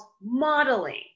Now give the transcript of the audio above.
modeling